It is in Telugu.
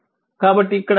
కాబట్టి ఇక్కడ i 1